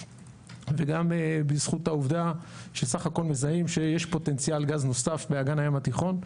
וגם בזכות העובדה שסך הכול מזהים שיש פוטנציאל גז נוסף באגן הים התיכון.